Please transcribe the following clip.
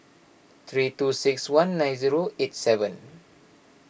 three two six one nine zero eight seven